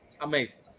amazing